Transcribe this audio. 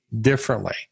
differently